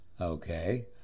Okay